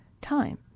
time